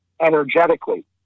energetically